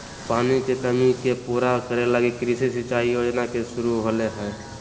पानी के कमी के पूरा करे लगी कृषि सिंचाई योजना के शुरू होलय हइ